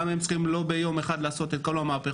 גם הם לא צריכים ביום אחד לעשות את כל המהפכות.